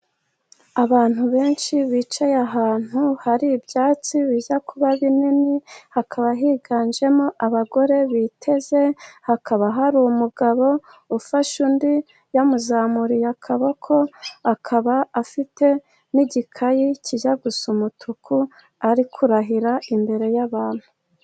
Abantu benshi bicaye ahantu hari ibyatsi bijya kuba binini, hakaba higanjemo abagore biteze, hakaba hari umugabo ufashe undi yamuzamuriye akaboko, akaba afite n'igikayi kijya gusa umutuku, ari kurahira imbere y'abantu.